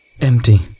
empty